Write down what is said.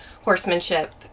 horsemanship